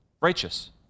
righteous